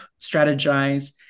strategize